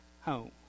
home